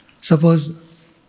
Suppose